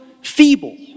feeble